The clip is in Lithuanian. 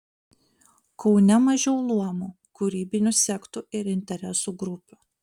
kaune mažiau luomų kūrybinių sektų ir interesų grupių